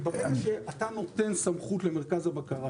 ברגע שאתה נותן סמכות למרכז הבקרה